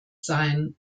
seien